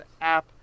app